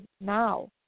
now